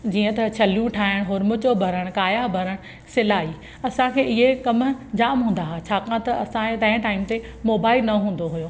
जीअं त छलियूं ठाहिणु हुरमुचो भरणु काया भरणु सिलाई असांखे इहे कमु जाम हूंदा हुआ छाकाणि त असांजे तंहिं टाइम ते मोबाइल न हूंदो हुओ